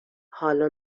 حالا